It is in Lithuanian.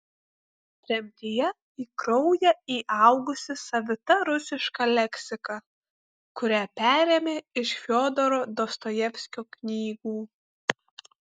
tremtyje į kraują įaugusi savita rusiška leksika kurią perėmė iš fiodoro dostojevskio knygų